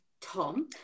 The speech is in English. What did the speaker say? Tom